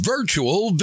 Virtual